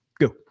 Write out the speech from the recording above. go